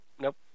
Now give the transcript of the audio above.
Nope